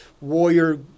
warrior